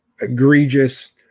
egregious